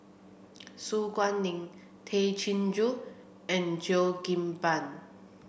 Su Guaning Tay Chin Joo and Cheo Kim Ban